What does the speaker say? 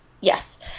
Yes